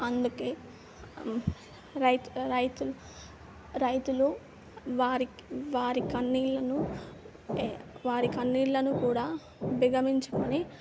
అందుకే రైతు రైతు రైతులు వారికి వారి కన్నీళ్ళను వారి కన్నీళ్ళను కూడా దిగమింగుకొని